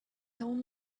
told